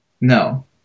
No